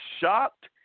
shocked